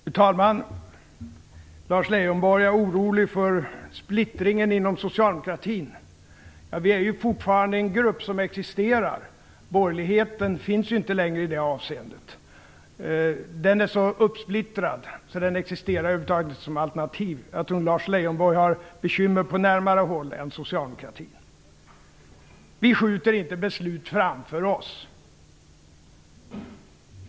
Fru talman! Lars Leijonborg är orolig för splittringen inom socialdemokratin. Vi är i alla fall fortfarande en grupp som existerar - borgerligheten finns ju inte längre i det avseendet. Den är så uppsplittrad att den över huvud taget inte existerar som alternativ. Jag tror nog Lars Leijonborg har andra bekymmer än socialdemokratin på närmare håll. Vi skjuter inte beslut framför oss.